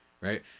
right